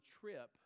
trip